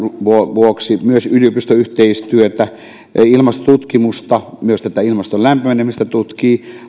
vuoksi se tekee myös yliopistoyhteistyötä ilmastotutkimusta myös tätä ilmaston lämpenemistä tutkii